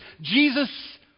Jesus